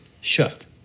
shut